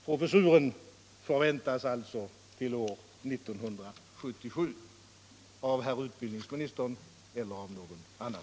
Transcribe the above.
Professuren förväntas alltså till år 1977 — på tillskyndan av herr utbildningsministern eller av någon annan.